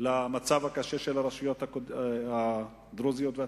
למצב הקשה של הרשויות הדרוזיות והצ'רקסיות.